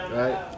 right